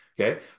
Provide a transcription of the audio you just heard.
Okay